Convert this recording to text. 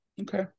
okay